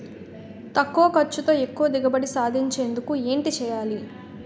తక్కువ ఖర్చుతో ఎక్కువ దిగుబడి సాధించేందుకు ఏంటి చేయాలి?